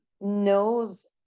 knows